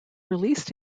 released